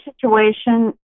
situation